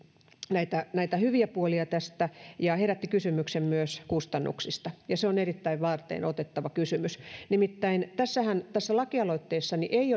näitä näitä hyviä puolia tästä ja herätti kysymyksen myös kustannuksista ja se on erittäin varteenotettava kysymys nimittäin tässä lakialoitteessani ei